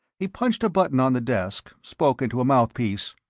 he punched a button on the desk, spoke into a mouthpiece.